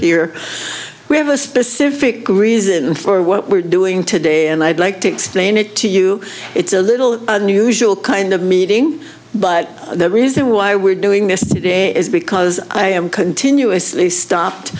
here we have a specific reason for what we're doing today and i'd like to explain it to you it's a little unusual kind of meeting but there is there why we're doing this today is because i am continuously stopped